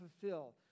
fulfill